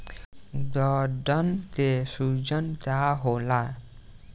गदन के सूजन का होला?